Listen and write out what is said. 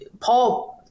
Paul